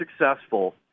successful